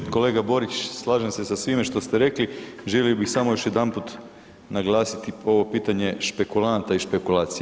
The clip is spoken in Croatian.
Kolega Borić, slažem se sa svime što ste rekli, želio bih samo još jedanput naglasiti ovo pitanje špekulanata i špekulacija.